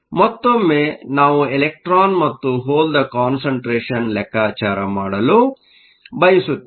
ಮತ್ತೊಮ್ಮೆ ನಾವು ಎಲೆಕ್ಟ್ರಾನ್ ಮತ್ತು ಹೋಲ್Holeದ ಕಾನ್ಸಂಟ್ರೇಷನ್Concentration ಲೆಕ್ಕಾಚಾರ ಮಾಡಲು ಬಯಸುತ್ತೇವೆ